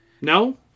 No